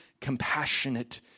compassionate